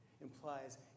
implies